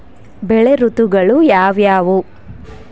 ಬೆಳೆ ಋತುಗಳು ಯಾವ್ಯಾವು?